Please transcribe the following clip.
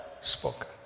spoken